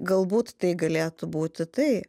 galbūt tai galėtų būti tai